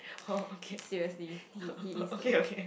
oh okay okay okay